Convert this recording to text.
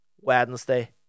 Wednesday